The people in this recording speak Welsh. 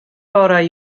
orau